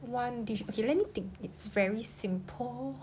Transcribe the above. one dish okay let me think it's very simple